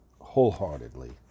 wholeheartedly